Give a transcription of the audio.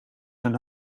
zijn